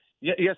Yes